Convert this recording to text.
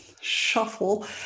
shuffle